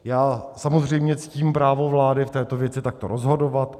Já samozřejmě ctím právo vlády v této věci takto rozhodovat.